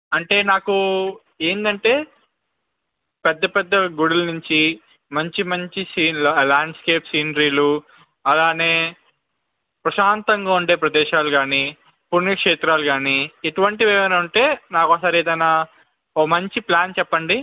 అంటే నాకు ఏంటంటే పెద్ద పెద్ద గుడుల నుంచి మంచి మంచి సీన్ల లాండ్స్కేప్ సీనరీలు అలానే ప్రశాంతంగా ఉండే ప్రదేశాలు కానీ పుణ్యక్షేత్రాలు కానీ ఇటువంటివి ఏవైనా ఉంటే నాకు ఒకసారి ఏదైనా ఓ మంచి ప్లాన్ చెప్పండి